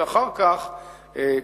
ואחר כך,